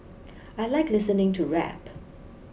I like listening to rap